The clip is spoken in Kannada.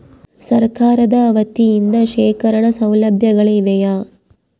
ಸರಕಾರದ ವತಿಯಿಂದ ಶೇಖರಣ ಸೌಲಭ್ಯಗಳಿವೆಯೇ?